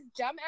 dumbass